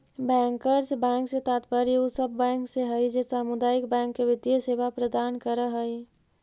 bankers bank से तात्पर्य उ सब बैंक से हइ जे सामुदायिक बैंक के वित्तीय सेवा प्रदान करऽ हइ